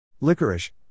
Licorice